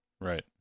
Right